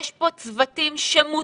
יש פה צוותים שמותשים,